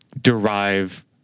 derive